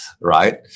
right